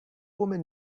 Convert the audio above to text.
woman